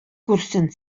күрсен